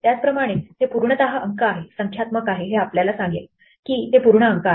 त्याचप्रमाणे ते पूर्णतः अंक आहे संख्यात्मक आहे हे आपल्याला सांगेल की ते पूर्ण अंक आहेत